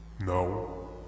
No